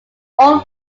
all